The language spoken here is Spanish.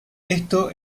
esto